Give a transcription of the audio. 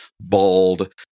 bald